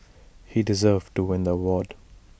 he deserved to win the award